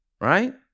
right